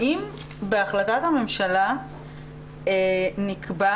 האם בהחלטת הממשלה נקבע